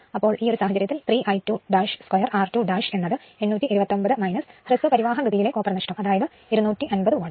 അപ്പോൾ ഈ ഒരു സാഹചര്യത്തിൽ 3 I2 2 r2എന്ന് ഉള്ളത് 829 ഹ്രസ്വ പരിവാഹ ഗതിയിലെ കോപ്പർ നഷ്ടം അതായത് 250 വാട്ട്